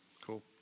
cool